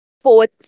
fourth